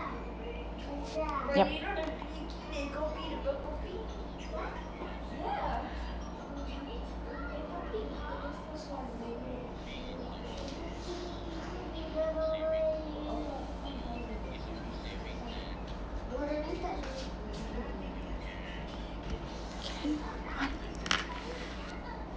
yup